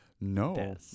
no